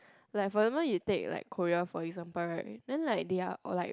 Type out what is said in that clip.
like for example you take like Korea for example right then like they're like